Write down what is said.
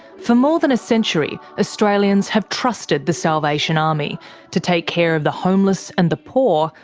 for more than a century, australians have trusted the salvation army to take care of the homeless and the poor,